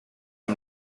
amb